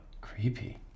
Creepy